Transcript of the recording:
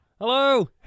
Hello